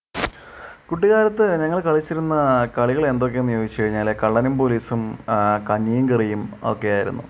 കുട്ടിക്കാലത്ത് ഞങ്ങൾ കളിച്ചിരുന്ന കളികളെന്തക്കെയെന്ന് ചോദിച്ചു കഴിഞ്ഞാൽ കള്ളനും പോലീസും കഞ്ഞീം കറിയും ഒക്കെ ആയിരുന്നു